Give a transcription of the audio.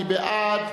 מי בעד?